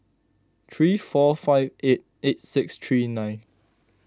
three four five eight eight six three nine